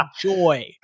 joy